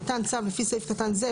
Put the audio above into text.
ניתן צו לפי סעיף קטן זה,